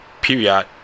period